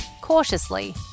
cautiously